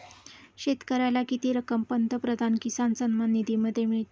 शेतकऱ्याला किती रक्कम पंतप्रधान किसान सन्मान निधीमध्ये मिळते?